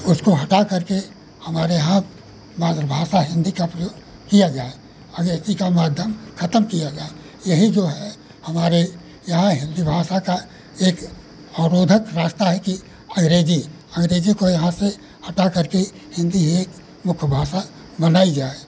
उसको हटा करके हमारे यहाँ मातृभाषा हिन्दी का उपयोग किया जाए अंग्रेजी का माध्यम ख़त्म किया जाए यही जो है हमारे यहाँ हिन्दी भाषा का एक अवरोधक रास्ता है कि अंग्रेज़ी अंग्रेज़ी को यहाँ से हटा करके हिन्दी ही एक मुख्य भाषा बनाई जाए